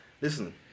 Listen –